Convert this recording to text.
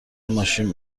ماشین